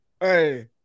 Hey